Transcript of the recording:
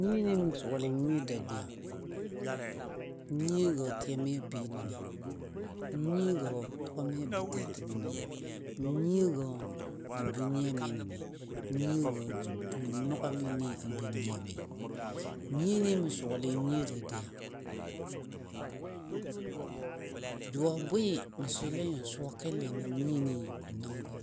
Nyiyoni mə suwale nyiyo dadiya, nyiyogɔ tɨyami a bəi nəni, nyiyogɔ tʊgami a bə tɛtɛmi nəngəni, nyiyogɔ ja bə nyiyami nənɨ, nyiyogɔ jə bə nugami nɨ a bə nyɨyami. Nyiyoni mə suwalei nyiyo dadiya, jʊ a bwɨ mə swɨle yɔn suwa kelle nən nyiyoni nəngɔ,